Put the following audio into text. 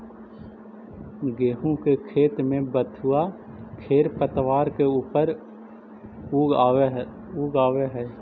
गेहूँ के खेत में बथुआ खेरपतवार के ऊपर उगआवऽ हई